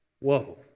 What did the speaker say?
Whoa